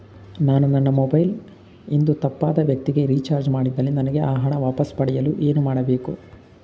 ನಾನು ನನ್ನ ಮೊಬೈಲ್ ಇಂದ ತಪ್ಪಾದ ವ್ಯಕ್ತಿಗೆ ರಿಚಾರ್ಜ್ ಮಾಡಿದಲ್ಲಿ ನನಗೆ ಆ ಹಣ ವಾಪಸ್ ಪಡೆಯಲು ಏನು ಮಾಡಬೇಕು?